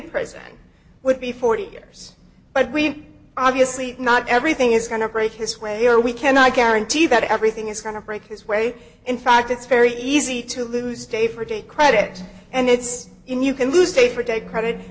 present would be forty years but we obviously not everything is going to break his way or we cannot guarantee that everything is going to break his way in fact it's very easy to lose day for day credit and it's in you can lose day for day credit